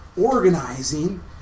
organizing